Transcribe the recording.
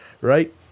Right